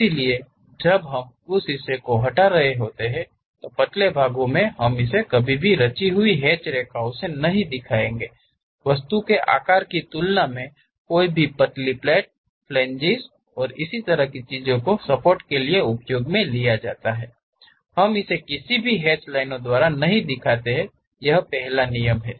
इसलिए जब हम उस हिस्से को हटा रहे होते हैं तो पतले भाग मे हम इसे कभी भी रची हैच रेखाओं से नहीं दिखाते हैं वस्तु के आकार की तुलना में कोई भी पतली प्लेट फ्लैंग्स और इसी तरह की चीजों को सपोर्ट के लिए उपयोग मे लिया जाता हैं हम इसे किसी भी हैचड लाइनों द्वारा नहीं दिखाते हैं यह पहला नियम है